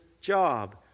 job